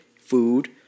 food